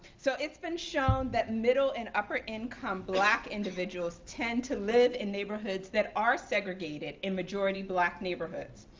so it's been shown that middle and upper income black individuals tend to live in neighborhoods that are segregated in majority black neighborhoods.